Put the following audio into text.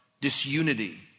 disunity